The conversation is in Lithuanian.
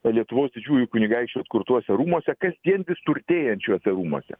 lietuvos didžiųjų kunigaikščių atkurtuose rūmuose kasdien vis turtėjant šiuose rūmuose